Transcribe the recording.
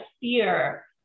fear